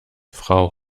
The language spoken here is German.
frau